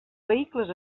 vehicles